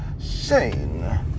Shane